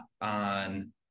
on